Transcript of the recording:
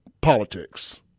politics